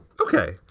Okay